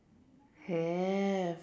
have